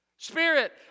Spirit